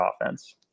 offense